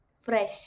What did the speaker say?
Fresh